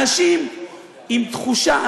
אנשים עם תחושה,